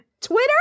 Twitter